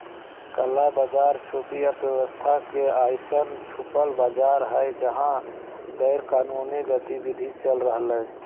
काला बाज़ार छुपी अर्थव्यवस्था के अइसन छुपल बाज़ार हइ जहा गैरकानूनी गतिविधि चल रहलय